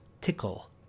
Tickle